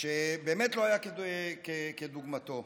שבאמת לא היה כדוגמתו.